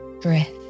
drift